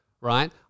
right